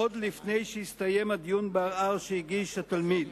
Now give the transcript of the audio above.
עוד לפני שהסתיים הדיון בערר שהגיש התלמיד.